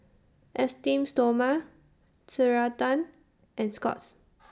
Esteem Stoma Ceradan and Scott's